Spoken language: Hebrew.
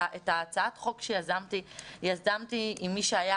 את הצעת החוק שיזמתי יזמתי עם מי שהיה